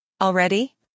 Already